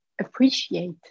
appreciate